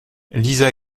lisa